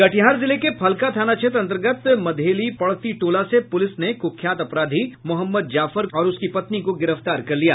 कटिहार जिले के फलका थाना क्षेत्र अंतर्गत मधेली पड़ती टोला से पुलिस ने कुख्यात अपराधी मोहम्मद जाफर और उसकी पत्नी को गिरफ्तार कर लिया